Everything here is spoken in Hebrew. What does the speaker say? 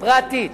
פרטית.